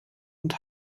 und